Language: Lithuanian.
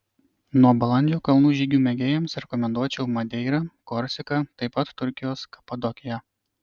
nuo balandžio kalnų žygių mėgėjams rekomenduočiau madeirą korsiką taip pat turkijos kapadokiją